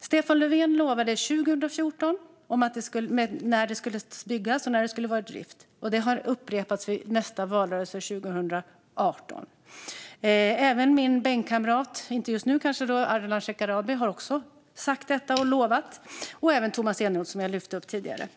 Stefan Löfven gav 2014 löfte om när det här skulle byggas och när det skulle tas i drift. Detta upprepades vid valrörelsen 2018. Även min tidigare bänkkamrat, Ardalan Shekarabi, har lovat detta. Det har också Tomas Eneroth gjort, vilket jag tog upp tidigare.